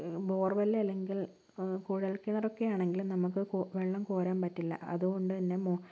bore well അല്ലങ്കിൽ കുഴൽ കിണറൊക്കെ ആണെങ്കില് നമുക്ക് കൊ വെള്ളം കോരാൻ പറ്റില്ല അതുകൊണ്ട് തന്നെ മോ